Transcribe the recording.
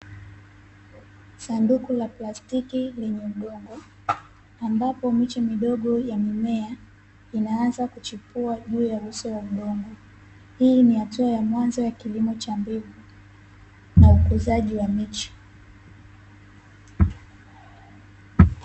Sanduku la plastiki lenye udongo, ambapo miche midogo ya mimea inaanza kuchipua juu ya uso wa udongo. Hii ni hatua ya mwanzo ya kilimo cha mbegu na ukuzaji wa miche.